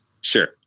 Sure